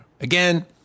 again